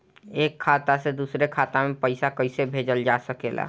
एक खाता से दूसरे खाता मे पइसा कईसे भेजल जा सकेला?